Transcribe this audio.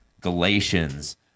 Galatians